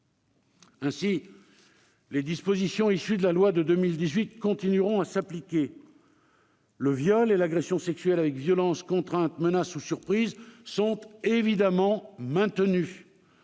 Ainsi, les dispositions issues de la loi de 2018 continueront de s'appliquer. Le viol et l'agression sexuelle avec violence, contrainte, menace ou surprise, sont évidemment maintenus.